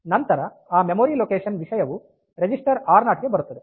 ನಂತರ ಆ memory location ವಿಷಯವು ರಿಜಿಸ್ಟರ್ ಆರ್0 ಗೆ ಬರುತ್ತದೆ